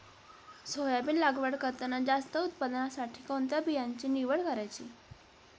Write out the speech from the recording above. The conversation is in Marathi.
सोयाबीन लागवड करताना जास्त उत्पादनासाठी कोणत्या बियाण्याची निवड करायची?